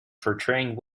portraying